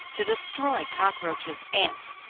to destroy cockroaches, ants,